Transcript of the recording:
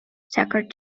sacred